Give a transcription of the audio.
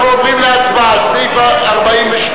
אנחנו עוברים להצבעה על סעיף 42,